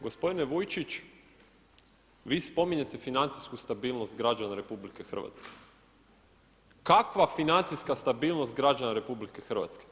Gospodine Vujčić, vi spominjete financijsku stabilnost građana RH, kakva financijska stabilnost građana RH?